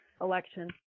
election